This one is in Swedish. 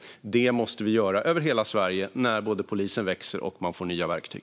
Det måste vi göra över hela Sverige när polisen både växer och får nya verktyg.